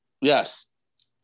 Yes